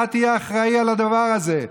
אתה תהיה אחראי לדבר הזה.